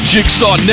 Jigsaw